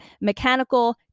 mechanical